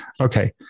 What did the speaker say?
Okay